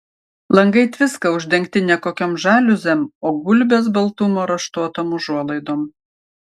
langai tviska uždengti ne kokiom žaliuzėm o gulbės baltumo raštuotom užuolaidom